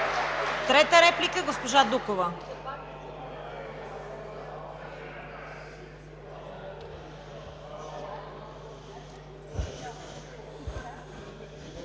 Трета реплика – госпожа Дукова.